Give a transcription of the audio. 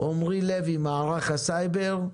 עמרי לוי ממערך הסייבר,